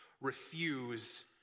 refuse